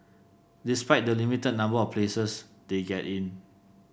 despite the limited number of places they get in